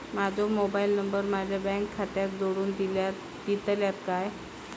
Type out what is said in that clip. माजो mobile number माझ्या bank खात्याक जोडून दितल्यात काय?